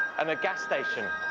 and a gas station.